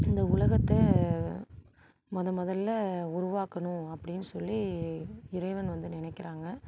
இந்த உலகத்தை மொதல் முதல உருவாக்கணும் அப்டின்னு சொல்லி இறைவன் வந்து நினைக்கிறாங்க